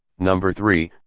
number three,